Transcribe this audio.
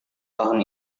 tahun